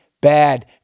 bad